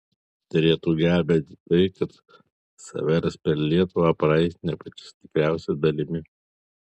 turėtų gelbėti tai kad ksaveras per lietuvą praeis ne pačia stipriausia dalimi